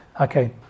Okay